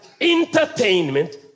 entertainment